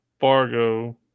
Fargo